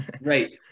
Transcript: Right